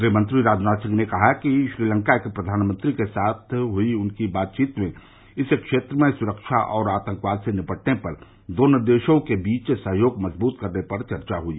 गृहमंत्री राजनाथ सिंह ने कहा कि श्रीलंका के प्रधानमंत्री के साथ हुई उनकी बातचीत में इस क्षेत्र में सुरक्षा और आतंकवाद से निपटने पर दोनों देशों के बीच सहयोग मजबूत करने पर चर्चा हुई